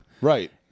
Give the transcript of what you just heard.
Right